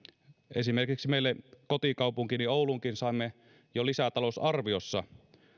esimerkiksi meille kotikaupunkiini ouluunkin saimme jo lisätalousarviossa